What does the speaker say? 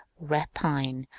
rapine,